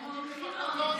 באמת?